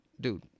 dude